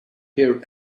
hear